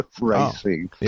racing